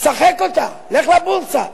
שחק אותה, לך לבורסה.